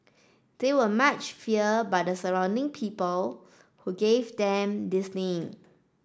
they were much feared by the surrounding people who gave them this name